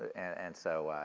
and and so,